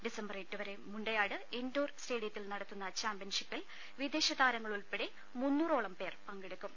ഡ്വിസംബർ എട്ടുവരെ Mundayad indoor സ്റ്റേഡിയത്തിൽ നടത്തുന്ന ചാമ്പ്യൻഷിപ്പിൽ വിദേശ താരങ്ങൾ ഉൾപ്പെടെ മുന്നൂറോളം പേർ പങ്കെടുക്കും